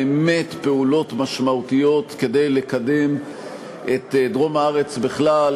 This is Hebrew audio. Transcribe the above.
באמת פעולות משמעותיות כדי לקדם את דרום הארץ בכלל,